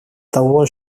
того